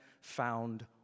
found